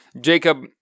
Jacob